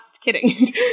kidding